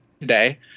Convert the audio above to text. today